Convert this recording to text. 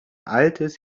altes